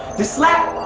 this slap,